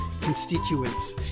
constituents